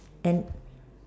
and